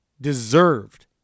deserved